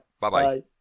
Bye-bye